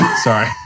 Sorry